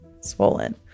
swollen